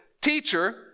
teacher